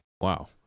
Wow